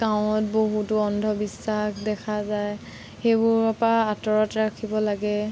গাঁৱত বহুতো অন্ধবিশ্বাস দেখা যায় সেইবোৰৰপৰা আঁতৰত ৰাখিব লাগে